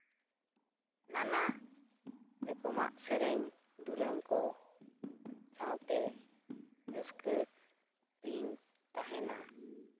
ᱱᱟᱱᱟ ᱨᱚᱠᱚᱢᱟᱜ ᱥᱮᱨᱮᱧ ᱫᱩᱨᱟᱹᱝ ᱠᱚ ᱥᱟᱶᱛᱮ ᱨᱟᱹᱥᱠᱟᱹᱨᱤᱧ ᱛᱟᱦᱮᱱᱟ